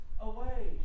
away